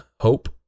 hope